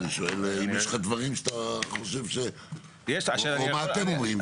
אני שואל אם יש דברים שאתה חושב או מה אתם אומרים?